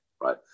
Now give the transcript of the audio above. right